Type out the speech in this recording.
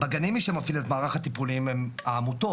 בגנים מי שמפעיל את מערך הטיפולים הם העמותות